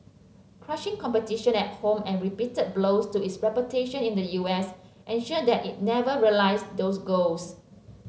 crushing competition at home and repeated blows to its reputation in the U S ensured that it never realised those goals